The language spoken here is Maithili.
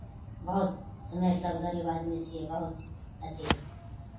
बहुत हमे अर सभ गरीब आदमी छियै बहुत अथी होल